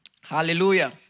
Hallelujah